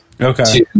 Okay